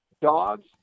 dogs